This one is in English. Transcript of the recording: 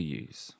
use